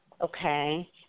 Okay